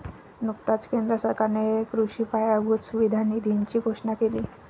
नुकताच केंद्र सरकारने कृषी पायाभूत सुविधा निधीची घोषणा केली